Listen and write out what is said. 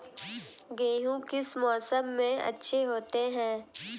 गेहूँ किस मौसम में अच्छे होते हैं?